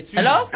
Hello